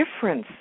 difference